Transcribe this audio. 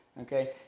okay